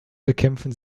bekämpfen